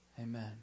Amen